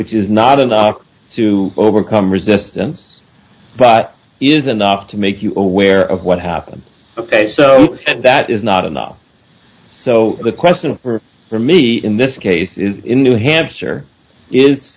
which is not enough to overcome resistance but is enough to make you aware of what happened so and that is not enough so the question for me in this case is in new hampshire is